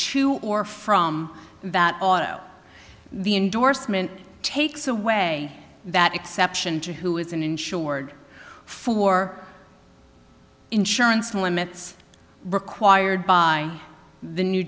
to or from that auto the indorsement takes away that exception to who is an insured for insurance limits required by the new